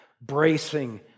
bracing